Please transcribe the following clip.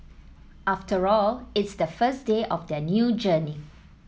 after all it's the first day of their new journey